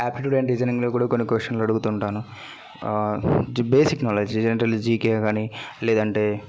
aptitude and రీజనింగ్లో కూడా కొన్ని క్వశ్చన్లు అడుగుతుంటాను బేసిక్ నాలెడ్జ్ జనరల్లీ జీకే కానీ లేదు అంటే